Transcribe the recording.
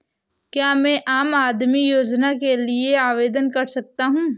क्या मैं आम आदमी योजना के लिए आवेदन कर सकता हूँ?